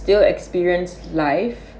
still experience life